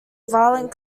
violent